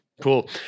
Cool